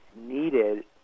needed